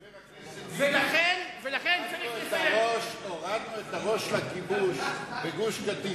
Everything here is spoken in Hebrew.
ולכן, הורדנו את הראש לכיבוש בגוש-קטיף.